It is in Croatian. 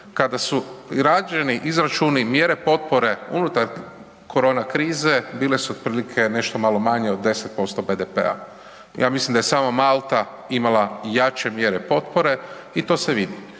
Kada su rađeni izračuni, mjere potpore unutar korona krize, bile su otprilike nešto malo manje od 10% BDP-a. Ja mislim da je samo Malta imala jače mjere potpore i to se vidi.